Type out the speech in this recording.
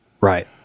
Right